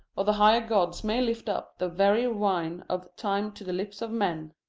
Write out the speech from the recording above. or the higher gods may lift up the very wine of time to the lips of men,